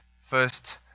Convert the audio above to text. first